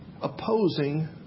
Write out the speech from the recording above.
opposing